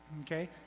okay